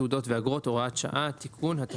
תעודות ואגרות) (הוראת שעה) (תיקון מס' 2),